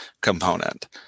component